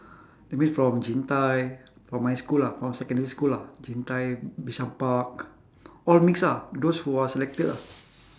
that means from jin tai from my school ah from secondary school ah jin tai bishan park all mix ah those who are selected ah